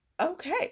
Okay